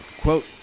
quote